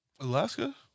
Alaska